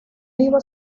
vivo